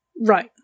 Right